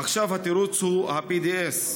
עכשיו התירוץ הוא ה-BDS.